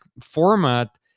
format